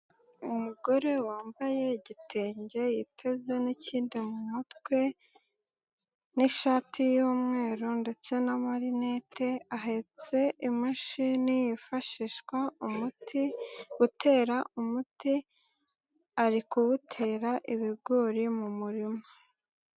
Umugore wambaye igitenge yiteze n'ikindi mu mutwe n'ishati y'umweru ndetse n'amarinete ahetse imashini yifashishwa umuti, gutera umuti, arikuwutera ibigori mu murima.